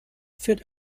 führt